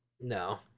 No